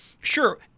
sure